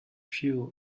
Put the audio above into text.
fuel